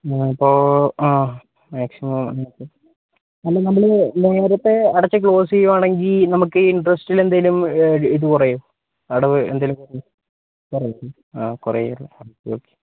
അപ്പോൾ ആ മാക്സിമം അല്ല നമ്മൾ നേരത്തെ അടച്ച് ക്ലോസ് ചെയ്യുകയാണെങ്കിൽ നമുക്ക് ഇൻ്ററെസ്റ്റിൽ എന്തെങ്കിലും ഇത് കുറയുമോ അടവ് എന്തെങ്കിലും ആ കുറയുമല്ലേ ഓക്കെ ഓക്കെ